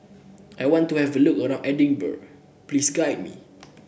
I want to have a look around Edinburgh please guide me